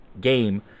game